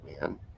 man